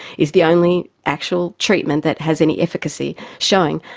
is the only actual treatment that has any efficacy showing,